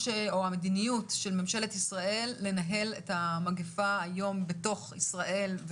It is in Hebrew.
והמדיניות של ממשלת ישראל לנהל את המגפה היום בתוך ישראל,